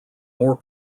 more